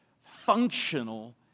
functional